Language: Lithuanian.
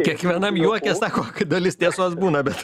kiekvienam juoke sako kad dalis tiesos būna bet